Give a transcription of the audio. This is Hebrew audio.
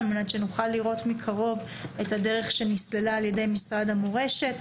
על מנת שנוכל לראות מקרוב את הדרך שנסללה על ידי משרד המורשת.